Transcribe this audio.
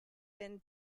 been